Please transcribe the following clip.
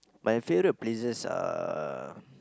my favourite places are